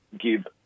give